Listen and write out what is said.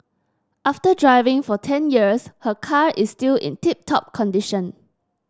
after driving for ten years her car is still in tip top condition